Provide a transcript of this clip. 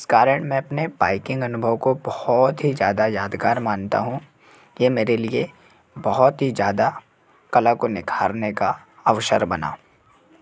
इस कारण मैं अपने बाइकिंग अनुभव को बहुत ही ज़्यादा यादगार मानता हूँ ये मेरे लिए बहुत ही ज़्यादा कला को निखारने का अवसर बना